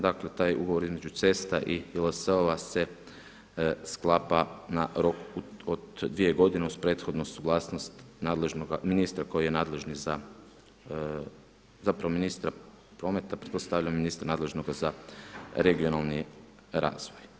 Dakle taj ugovor između cesta i … se sklapa na rok od 2 godine uz prethodnu suglasnost nadležnoga ministra koji je nadležni za, zapravo ministra prometa pretpostavljam i ministra nadležnog za regionalni razvoj.